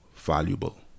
valuable